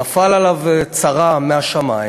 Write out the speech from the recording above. נפלה עליו צרה מהשמים.